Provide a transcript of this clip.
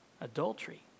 adultery